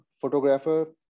photographer